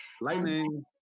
Lightning